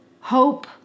Hope